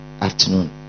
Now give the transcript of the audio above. afternoon